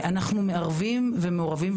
אנחנו מערבים ומעורבים,